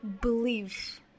believe